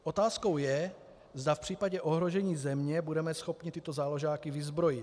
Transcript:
Otázkou je, zda v případě ohrožení země budeme schopni tyto záložáky vyzbrojit.